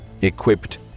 equipped